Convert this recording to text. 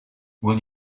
will